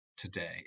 Today